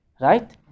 Right